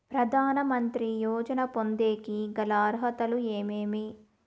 ప్రధాన మంత్రి యోజన పొందేకి గల అర్హతలు ఏమేమి?